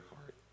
heart